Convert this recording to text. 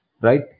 Right